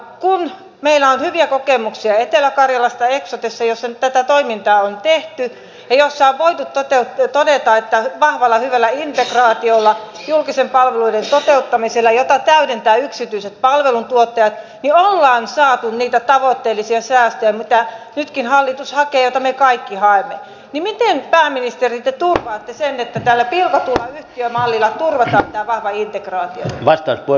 kun meillä on hyviä kokemuksia etelä karjalasta eksotessa jossa nyt tätä toimintaa on tehty ja jossa on voitu todeta että vahvalla ja hyvällä integraatiolla julkisten palveluiden toteuttamisella jota täydentävät yksityiset palveluntuottajat ollaan saatu niitä tavoitteellisia säästöjä joita nytkin hallitus hakee ja joita me kaikki haemme niin miten pääministeri te turvaatte sen että tällä pilkotulla yhtiömallilla turvataan tämä vahva integraatio